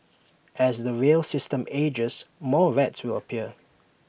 as the rail system ages more rats will appear